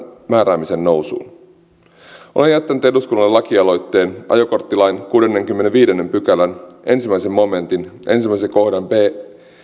määräämisen nousuun olen jättänyt eduskunnalle lakialoitteen ajokorttilain kuudennenkymmenennenviidennen pykälän ensimmäisen momentin ensimmäisen kohdan b